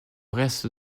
reste